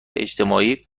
اجتماعی